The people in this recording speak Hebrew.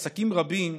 ועסקים רבים,